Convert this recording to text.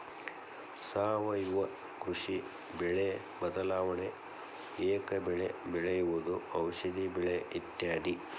ಸಾವಯುವ ಕೃಷಿ, ಬೆಳೆ ಬದಲಾವಣೆ, ಏಕ ಬೆಳೆ ಬೆಳೆಯುವುದು, ಔಷದಿ ಬೆಳೆ ಇತ್ಯಾದಿ